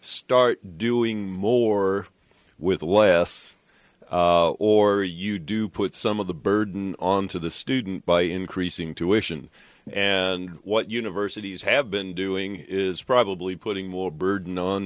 start doing more with less or you do put some of the burden on to the student by increasing tuition and what universities have been doing is probably putting more burden on